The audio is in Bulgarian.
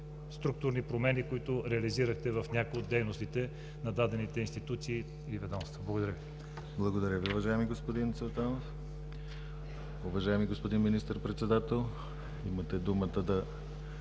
структурни промени, които реализирахте в някои от дейностите на дадените институции и ведомства. Благодаря Ви. ПРЕДСЕДАТЕЛ ДИМИТЪР ГЛАВЧЕВ: Благодаря Ви, уважаеми господин Цветанов. Уважаеми господин Министър-председател, имате думата да